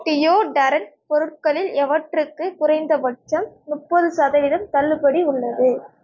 deodorant பொருட்களில் எவற்றுக்கு குறைந்தபட்சம் முப்பது சதவீதம் தள்ளுபடி உள்ளது